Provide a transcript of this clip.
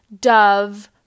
Dove